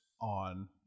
on